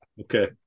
Okay